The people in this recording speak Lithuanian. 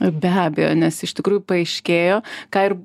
be abejo nes iš tikrųjų paaiškėjo ką ir